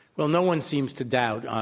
well, no one seems to doubt,